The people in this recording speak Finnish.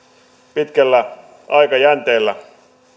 pitkällä aikajänteellä